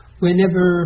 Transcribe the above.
whenever